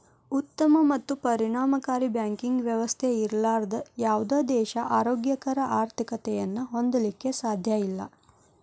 ಉತ್ತಮ ಮತ್ತು ಪರಿಣಾಮಕಾರಿ ಬ್ಯಾಂಕಿಂಗ್ ವ್ಯವಸ್ಥೆ ಇರ್ಲಾರ್ದ ಯಾವುದ ದೇಶಾ ಆರೋಗ್ಯಕರ ಆರ್ಥಿಕತೆಯನ್ನ ಹೊಂದಲಿಕ್ಕೆ ಸಾಧ್ಯಇಲ್ಲಾ